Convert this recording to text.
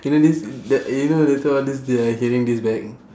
you know this t~ you know later all this they are hearing this back